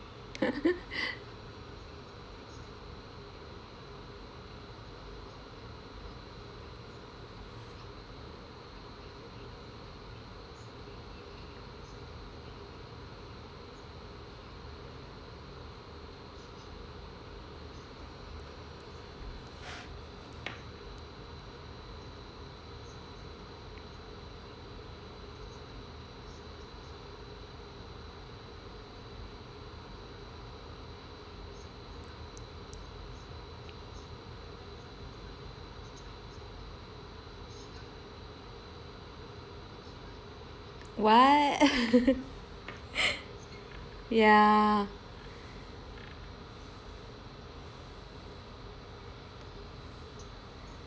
what ya